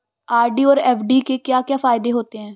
RD और FD के क्या क्या फायदे होते हैं?